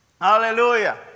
Hallelujah